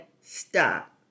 stop